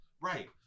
Right